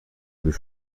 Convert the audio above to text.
دوش